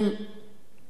כזה היה גדעון,